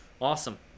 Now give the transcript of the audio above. Awesome